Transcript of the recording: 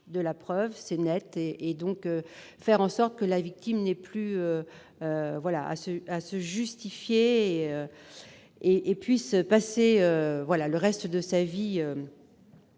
de la preuve. C'est tout à fait net ! On fait en sorte que la victime n'ait plus à se justifier et puisse passer le reste de sa vie